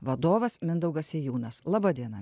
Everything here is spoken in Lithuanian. vadovas mindaugas sėjūnas laba diena